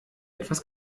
etwas